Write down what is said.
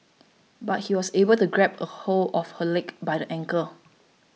but he was able to grab hold of her leg by the ankle